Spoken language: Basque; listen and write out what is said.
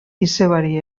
izebari